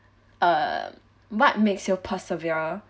uh what makes you persevere